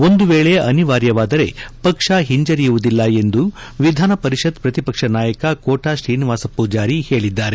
ಒಂದು ವೇಳೆ ಅನಿವಾರ್ಯವಾದರೆ ಪಕ್ಷ ಹಿಂಜರಿಯುವುದಿಲ್ಲ ಎಂದು ವಿಧಾನಪರಿಷತ್ ಪ್ರತಿಪಕ್ಷ ನಾಯಕ ಕೋಟಾ ಶ್ರೀನಿವಾಸ್ ಪೂಜಾರಿ ಹೇಳಿದ್ದಾರೆ